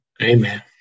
amen